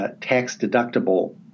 tax-deductible